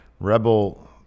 Rebel